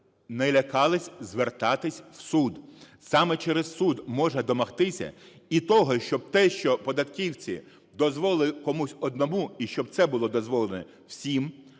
не лякались звертатись в суд. Саме через суд можна домогтися і того, щоб те, що податківці дозволили комусь одному, і щоб це було дозволено всім